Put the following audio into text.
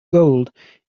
gold